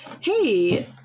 hey